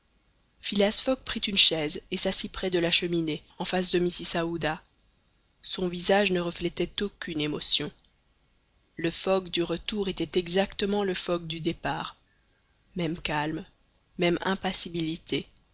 phileas fogg prit une chaise et s'assit près de la cheminée en face de mrs aouda son visage ne reflétait aucune émotion le fogg du retour était exactement le fogg du départ même calme même impassibilité